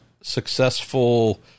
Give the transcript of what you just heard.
successful